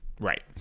Right